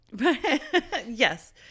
Yes